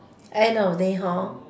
end of day hor